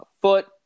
foot